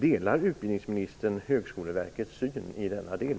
Delar utbildningsministern Högskoleverkets syn i denna del?